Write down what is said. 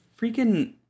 freaking